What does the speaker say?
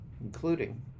including